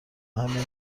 همینو